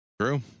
True